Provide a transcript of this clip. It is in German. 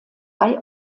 bei